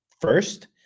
first